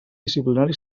disciplinari